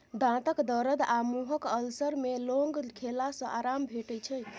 दाँतक दरद आ मुँहक अल्सर मे लौंग खेला सँ आराम भेटै छै